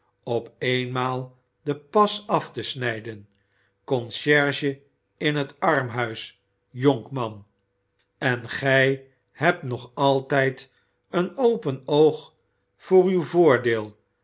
op eenmaal den pas af te snijden conciërge in het armhuis jonkman en gij hebt nog altijd een open oog voor uw voordeel